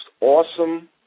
awesome